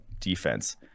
defense